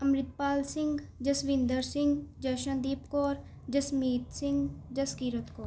Amritpal Singh Jaswinder Singh Jashandeep Kaur Jasmeet Singh Jaskirat Kaur